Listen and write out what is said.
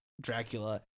Dracula